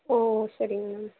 ஓ சரிங் மேம்